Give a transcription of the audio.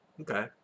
Okay